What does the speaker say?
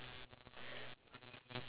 oh really